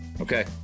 Okay